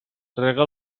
rega